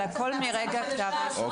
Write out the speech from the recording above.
אבל הכול מרגע כתב האישום.